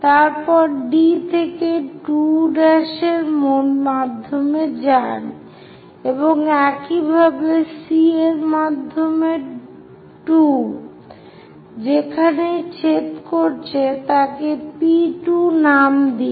তারপর D থেকে 2' এর মাধ্যমে যান এবং একইভাবে C এর মাধ্যমে 2 যেখানেই ছেদ করছে তাকে P2 নাম দিন